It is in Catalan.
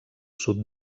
sud